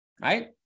right